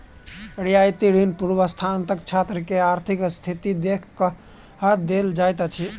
रियायती ऋण पूर्वस्नातक छात्र के आर्थिक स्थिति देख के देल जाइत अछि